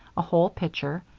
a whole pitcher,